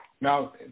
Now